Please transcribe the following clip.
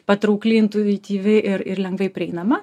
patraukli intuityvi ir ir lengvai prieinama